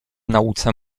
nauce